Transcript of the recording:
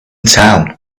town